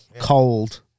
Cold